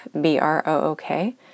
B-R-O-O-K